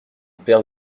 paire